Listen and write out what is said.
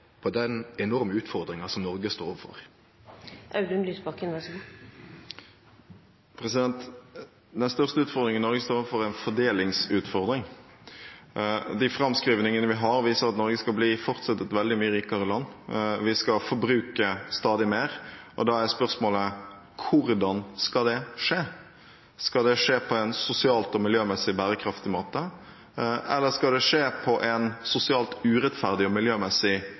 på den enorme utfordringa som Noreg står overfor? Den største utfordringen Norge står overfor, er en fordelingsutfordring. De framskrivingene vi har, viser at Norge fortsatt skal bli et veldig mye rikere land, vi skal forbruke stadig mer. Da er spørsmålet: Hvordan skal det skje? Skal det skje på en sosialt og miljømessig bærekraftig måte, eller skal det skje på en sosialt urettferdig og miljømessig